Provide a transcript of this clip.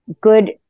good